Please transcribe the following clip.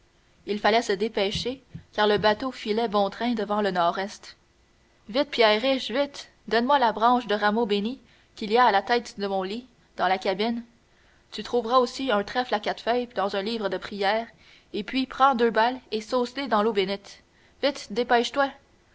il fallait se dépêcher car le bateau filait bon train devant le nord-est vite pierriche vite donne-moi la branche de rameau bénit qu'il y a à la tête de mon lit dans la cabine tu trouveras aussi un trèfle à quatre feuilles dans un livre de prières et puis prends deux balles et sauce les dans l'eau bénite vite dépêche-toi